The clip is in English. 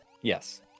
Yes